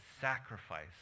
sacrifice